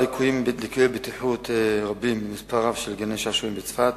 התושבים מתריעים זה חמש שנים על המצב.